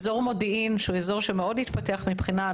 אזור מודיעין שהוא אזור שמאוד התפתח מבחינת